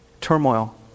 turmoil